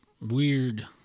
weird